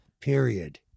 period